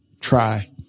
try